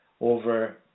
over